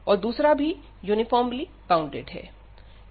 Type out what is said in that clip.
और दूसरा भी यूनीफामर्ली बॉउंडेड है